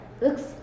looks